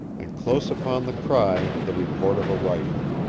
and close upon the cry the report of a rifle.